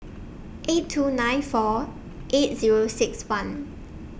eight two nine four eight Zero six one